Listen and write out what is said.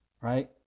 Right